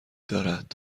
دارد